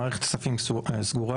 מערכת הכספים סגורה.